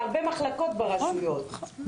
מהרבה מחלקות ברשויות.